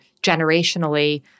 generationally